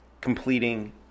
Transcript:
Completing